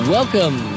Welcome